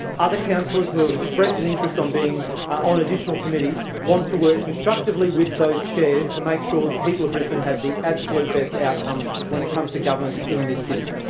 other councillors who have expressed an interest on being on additional committees want to work constructively with those chairs to make sure that the people of brisbane have the absolute best outcome when it comes to governance in this city.